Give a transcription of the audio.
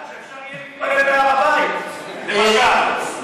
שאפשר יהיה להתפלל בהר הבית, למשל.